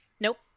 nope